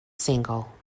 single